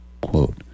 Quote